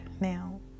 now